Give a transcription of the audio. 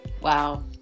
Wow